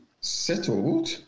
settled